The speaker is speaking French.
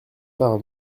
par